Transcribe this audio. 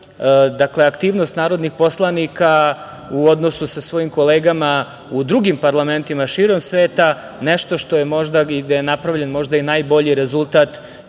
dakle aktivnost narodnih poslanika u odnosu sa svojim kolegama u drugim parlamentima širom sveta, nešto gde je napravljen možda najbolji rezultat